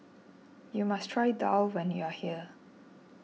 you must try daal when you are here